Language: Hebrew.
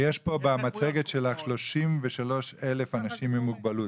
במצגת שלך יש 33,000 אנשים עם מוגבלות.